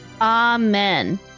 amen